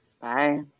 bye